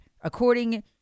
according